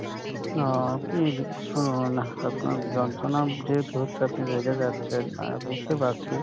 ও আপনি এই যে শুনুন আপনার যন্ত্রণা যেহেতু হচ্ছে আপনি রেগে যাচ্ছেন বুঝতে পারছি